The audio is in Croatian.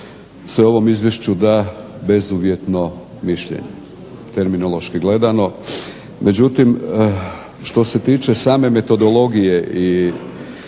se ovom izvješću da bezuvjetno mišljenje, terminološki gledano. Međutim što se tiče same metodologije i